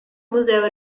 museo